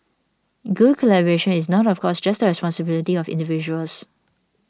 good collaboration is not of course just responsibility of individuals